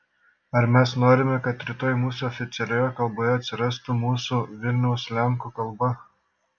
ar mes norime kad rytoj mūsų oficialioje kalboje atsirastų mūsų vilniaus lenkų kalba